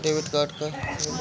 Debit card का होला?